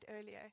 earlier